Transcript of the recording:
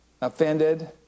offended